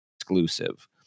exclusive